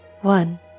One